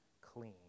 clean